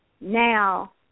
now